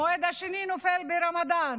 המועד השני נופל ברמדאן.